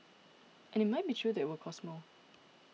and it might be true that it will cost more